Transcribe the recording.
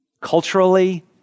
Culturally